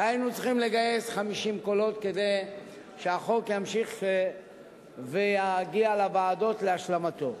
והיינו צריכים לגייס 50 קולות כדי שהחוק ימשיך ויגיע לוועדות להשלמתו.